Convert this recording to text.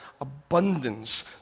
abundance